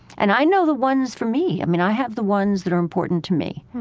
and i know the ones for me. i mean, i have the ones that are important to me.